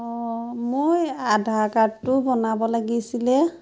অঁ মই আধাৰ কাৰ্ডটো বনাব লাগিছিলে